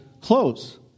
close